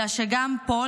אלא שגם פה,